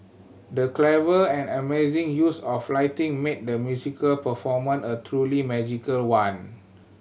the clever and amazing use of lighting made the musical performance a truly magical one